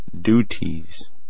duties